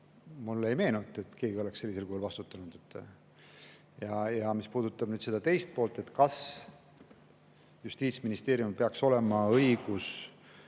Mulle ei meenu, et keegi oleks sellisel kujul vastutanud. Mis puudutab küsimuse esimest poolt, et kas Justiitsministeeriumil peaks olema õigus